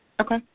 Okay